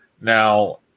Now